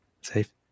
safe